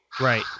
Right